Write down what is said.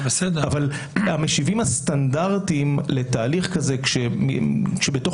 המשיבים הסטנדרטיים לתהליך כזה כשבתוך